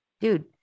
Dude